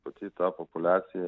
pati ta populiacija